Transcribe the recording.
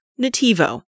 Nativo